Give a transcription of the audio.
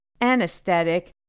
anesthetic